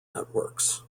networks